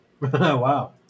wow